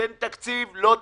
כן תקציב או לא תקציב.